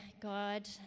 God